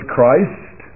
Christ